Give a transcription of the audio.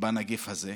בנגיף הזה.